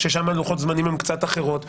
שם לוחות הזמנים הם אחרים,